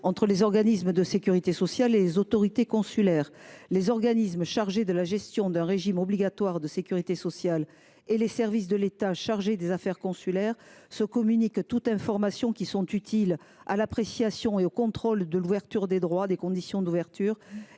entre les organismes de sécurité sociale et les autorités consulaires : les organismes chargés de la gestion d’un régime obligatoire de sécurité sociale et les services de l’État chargés des affaires consulaires se communiquent toutes informations utiles à l’appréciation et au contrôle de l’ouverture des droits et des conditions de service